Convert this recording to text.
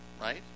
right